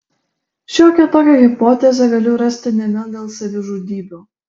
šiokią tokią hipotezę galiu rasti nebent dėl savižudybių